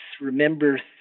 remember